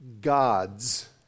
God's